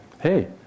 hey